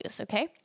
okay